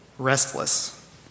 restless